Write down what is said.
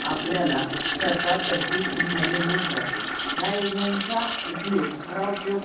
आपल्याला सरकारतर्फे फ्रीमध्ये होऊन जातो ह्या योजनांचा उपयोग खरा उपयोग